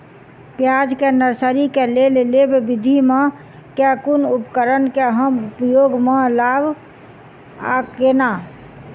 प्याज केँ नर्सरी केँ लेल लेव विधि म केँ कुन उपकरण केँ हम उपयोग म लाब आ केना?